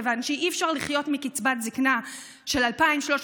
כיוון שאי-אפשר לחיות מקצבת זקנה של 2,300